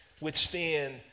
withstand